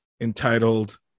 entitled